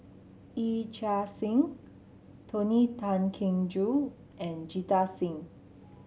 Yee Chia Hsing Tony Tan Keng Joo and Jita Singh